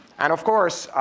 and of course,